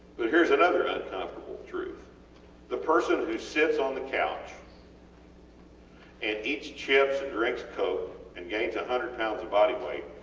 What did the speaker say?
but heres another uncomfortable truth the person who sits on the couch and eats chips and drinks coke and gains one hundred lbs of body weight